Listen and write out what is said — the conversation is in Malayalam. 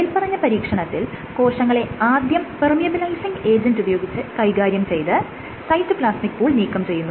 മേല്പറഞ്ഞ പരീക്ഷണത്തിൽ കോശങ്ങളെ ആദ്യം പെർമിയബിലൈസിങ് ഏജൻറ് ഉപയോഗിച്ച് കൈകാര്യം ചെയ്ത് സൈറ്റോപ്ലാസ്മിക് പൂൾ നീക്കം ചെയ്യുന്നു